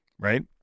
right